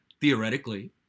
theoretically